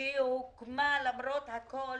שהיא הוקמה למרות הכול